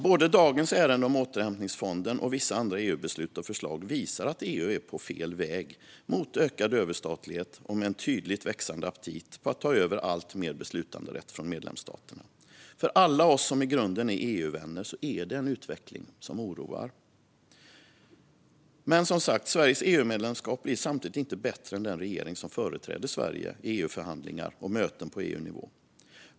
Både dagens ärende om återhämtningsfonden och vissa andra EU-beslut och förslag visar att EU är på fel väg mot ökad överstatlighet och med en tydligt växande aptit på att ta över alltmer beslutanderätt från medlemsstaterna. För alla oss som i grunden är EU-vänner är det en utveckling som oroar. Sveriges EU-medlemskap blir som sagt inte bättre än den regering som företräder Sverige i EU-förhandlingar och möten på EU-nivå.